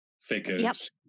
figures